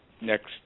next